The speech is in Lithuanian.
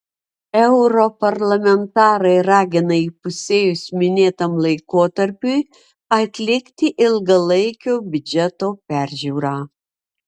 europarlamentarai ragina įpusėjus minėtam laikotarpiui atlikti ilgalaikio biudžeto peržiūrą